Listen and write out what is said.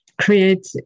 create